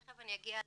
תיכף אגיע לבעיות,